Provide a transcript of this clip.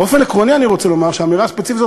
באופן עקרוני אני רוצה לומר שהאמירה הספציפית הזאת,